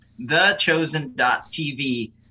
thechosen.tv